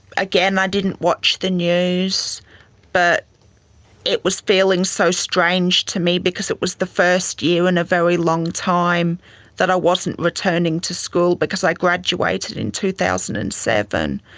again i didn't watch the news but it was feeling so strange to me because it was the first year in a very long time that i wasn't returning to school because i graduated in two thousand and seven.